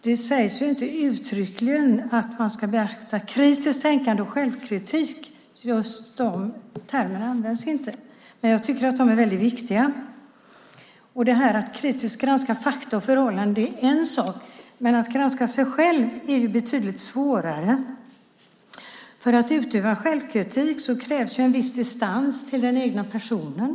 Det sägs inte uttryckligen att man ska beakta kritiskt tänkande och självkritik. Just de termerna används inte, men jag tycker att de är viktiga. Att kritiskt granska fakta och förhållande är en sak, men att granska sig själv är betydligt svårare. För att utöva självkritik krävs en viss distans till den egna personen.